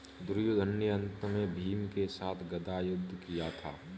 दुर्योधन ने अन्त में भीम के साथ गदा युद्ध किया था